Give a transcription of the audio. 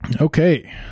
Okay